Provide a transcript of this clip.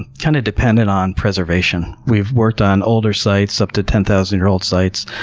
kind of dependent on preservation. we've worked on older sites, up to ten thousand year old sites,